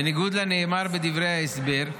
בניגוד לנאמר בדברי ההסבר,